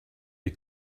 die